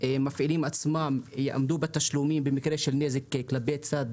שהמפעילים עצמם יעמדו בתשלומים במקרה של נזק כלפי צד